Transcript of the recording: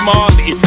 Marley